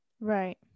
Right